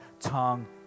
tongue